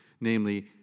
namely